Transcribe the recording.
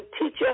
teacher